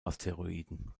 asteroiden